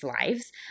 lives